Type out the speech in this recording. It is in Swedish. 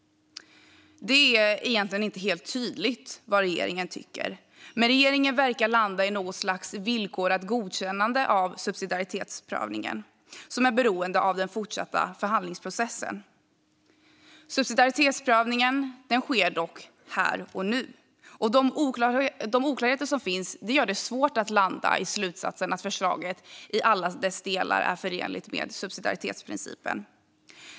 Det är egentligen inte helt tydligt vad regeringen tycker, men regeringen verkar landa i något slags villkorat godkännande av subsidiaritetsprövningen som är beroende av den fortsatta förhandlingsprocessen. Subsidiaritetsprövningen sker dock här och nu, och de oklarheter som finns gör det svårt att landa i slutsatsen att förslaget i alla delar är förenligt med subsidiaritetsprincipen.